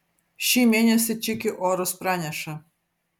šį mėnesį čiki orus praneša